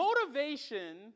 motivation